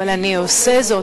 אבל אני עושה זאת,